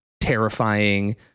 terrifying